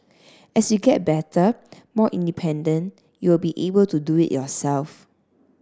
as you get better more independent you will be able to do it yourself